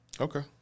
Okay